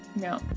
No